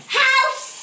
house